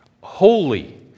holy